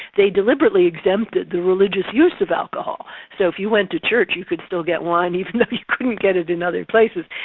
they deliberately exempted the religious use of alcohol. so if you went to church you could still get wine even if you couldn't get it in other places.